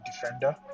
defender